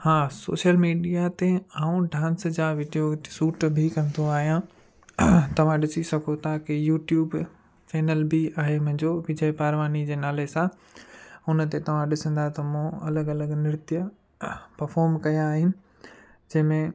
हा social media ते ऐं डांस जा वीडियो शूट बि कंदो आहियां तव्हां ॾिसी सघो था कि यूट्यूब चैनल बि आहे मुंहिंजो विजय पारवानी जे नाले सां हुन ते तव्हां ॾिसंदा त मूं अलॻि अलॻि नृत्य परफॉर्म कया आहिनि जंहिंमें